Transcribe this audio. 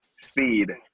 speed